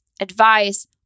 advice